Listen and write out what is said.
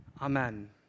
Amen